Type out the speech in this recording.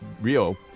Rio